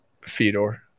Fedor